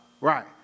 Right